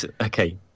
Okay